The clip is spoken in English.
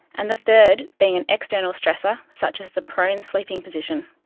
and the third being an external stressor such as the prone sleeping position.